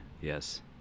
yes